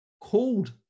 called